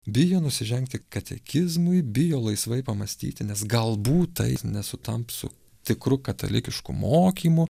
bijo nusižengti katekizmui bijo laisvai pamąstyti nes galbūt tai nesutamp su tikru katalikišku mokymu